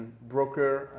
broker